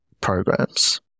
programs